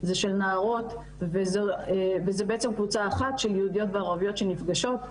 זה של נערות וזה בעצם קבוצה אחת של יהודיות וערביות שנפגשות,